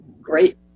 Great